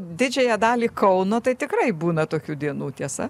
didžiąją dalį kauno tai tikrai būna tokių dienų tiesa